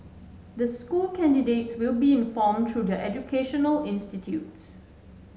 the school candidates will be informed through their educational institutes